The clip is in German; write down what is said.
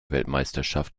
weltmeisterschaft